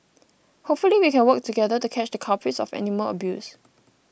hopefully we can work together to catch the culprits of animal abuse